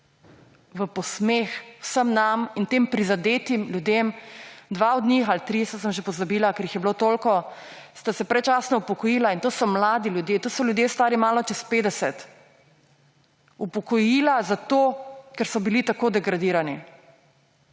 V posmeh vsem nam in tem prizadetim ljudem. Dva od njih ali trije, sem že pozabila, ker jih je bilo toliko, sta se predčasno upokojila – in to so mladi ljudje, to so ljudje, stari malo čez 50 –, upokojila zato, ker so bili tako degradirani.